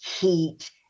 heat